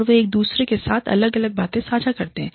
और वे एक दूसरे के साथ अलग अलग बातें साझा करते हैं